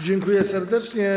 Dziękuję serdecznie.